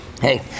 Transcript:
Hey